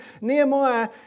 Nehemiah